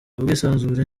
ubwisanzure